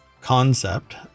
concept